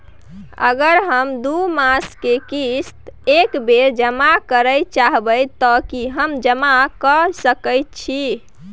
अगर हम दू मास के किस्त एक बेर जमा करे चाहबे तय की हम जमा कय सके छि?